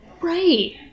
Right